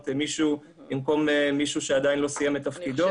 מישהו במקום מישהו שעדיין לא סיים את תפקידו.